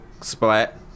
splat